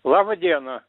laba diena